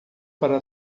para